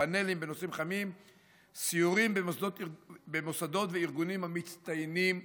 פאנלים בנושאים חמים וסיורים במוסדות וארגונים המצטיינים בגיוון.